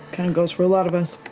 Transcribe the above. and goes for a lot of us.